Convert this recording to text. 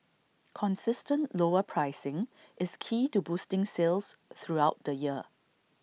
consistent lower pricing is key to boosting sales throughout the year